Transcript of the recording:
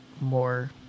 more